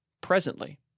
Presently